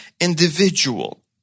individual